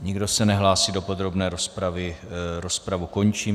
Nikdo se nehlásí do podrobné rozpravy, rozpravu končím.